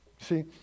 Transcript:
See